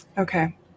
Okay